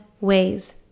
ways